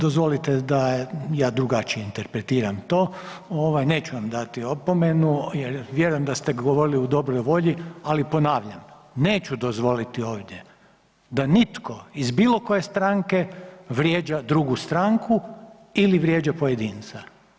Dozvolite da je drugačije interpretiram to ovaj neću vam dati opomenu jer vjerujem da ste govorili u dobroj volji, ali ponavljam neću dozvoliti ovdje da nitko iz bilo koje stranke vrijeđa drugu stranku ili vrijeđa pojedinca.